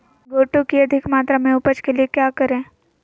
गोटो की अधिक मात्रा में उपज के लिए क्या करें?